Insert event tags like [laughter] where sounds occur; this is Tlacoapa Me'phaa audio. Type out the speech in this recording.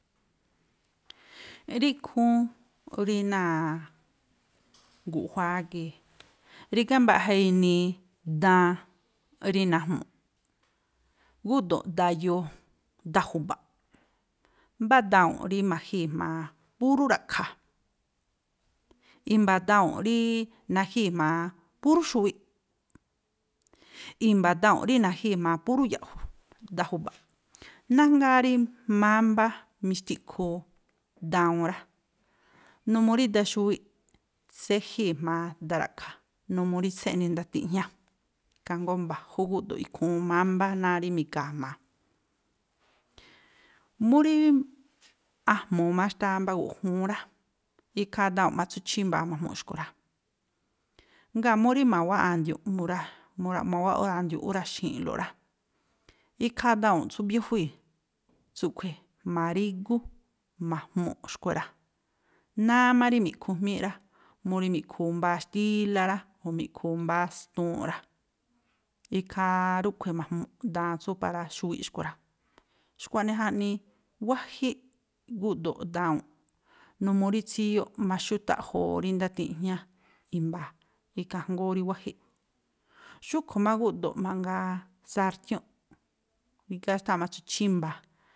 Rí ikhúún, rí náa̱ guꞌjuáá gii̱, rígá mbaꞌja inii daan rí najmu̱ꞌ, gúꞌdo̱ꞌ daan yoo, daan ju̱ba̱ꞌ. Mbá dawu̱nꞌ rí ma̱jíi̱ jma̱a púrú ra̱ꞌkha̱, i̱mba̱ dawu̱nꞌ rííí na̱jíi̱ jma̱a púrú xuwiꞌ. I̱mba̱ dawu̱nꞌ rí na̱jíi̱ jma̱a púrú ya̱ꞌju̱, daan ju̱ba̱ꞌ. Nájngáá rí mámbá mixtiꞌkhu dawuun rá. Numuu rí daan xuwiꞌ, tséjíi̱ jma̱a daan ra̱ꞌkha̱, numuu rí tséꞌni ndatiꞌjñáꞌ. Ikhaa jngóó mba̱jú gúꞌdo̱ꞌ ikhúún mámbá náá rí mi̱ga̱a̱ jma̱a. Mú rííí a̱jmu̱u má xtáá mbá guꞌjúún rá, ikhaa dawu̱nꞌ má tsú chímba̱a̱ ma̱jmuꞌ xkui̱ rá. Ngáa̱ mú rí ma̱wáꞌ a̱ndiu̱nꞌ [unintelligible] [unintelligible] [unintelligible] ma̱wáꞌ a̱ndiu̱nꞌ úraxi̱i̱nꞌlo rá, ikhaa tawu̱nꞌ tsú biéjuíi̱ tsúꞌkhui̱, ma̱rígú ma̱jmuꞌ xkui̱ rá. Náá má rí mi̱ꞌkhu jmiñíꞌ rá, mú rí mi̱ꞌkhuu mbáá xtílá rá, o̱ mi̱ꞌkhuu mbáá stuunꞌ rá, ikhaa rúꞌkhui̱ ma̱jmuꞌ, daan tsú para xuwiꞌ xkui̱ rá. Xkua̱ꞌnii jaꞌnii wájíꞌ gúꞌdo̱ꞌ dawu̱nꞌ, numuu rí tsíyóꞌ maxútaꞌjoo rí ndatiꞌjñá i̱mba̱, ikhaa jngóó rí wájíꞌ. Xúꞌkhui̱ má gúꞌdo̱ꞌ mangaa sartiúnꞌ, rígá, xtáa̱ má tsú chímba̱a̱.